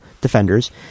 defenders